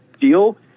deal